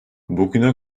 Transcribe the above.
bugüne